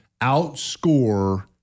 outscore